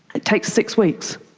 it takes six weeks.